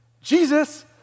Jesus